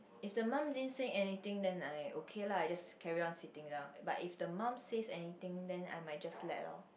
if the mum didn't say anything then I okay lah I just carry on sitting down but if the mum says anything then I might just let loh